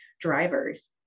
drivers